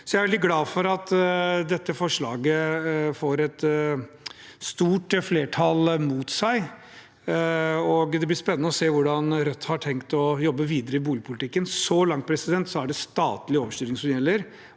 veldig glad for at dette forslaget får et stort flertall mot seg. Det blir spennende å se hvordan Rødt har tenkt å jobbe videre i boligpolitikken – så langt er det statlig overstyring som gjelder.